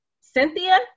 cynthia